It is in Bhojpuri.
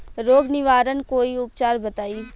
रोग निवारन कोई उपचार बताई?